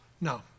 No